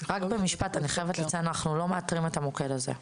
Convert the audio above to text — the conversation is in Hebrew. אנחנו לא מאתרים את המוקד הזה.